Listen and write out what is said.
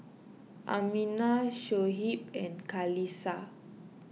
Aminah Shoaib and Qalisha